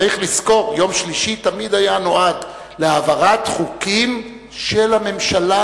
צריך לזכור שיום שלישי תמיד נועד להעברת חוקים של הממשלה.